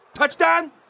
Touchdown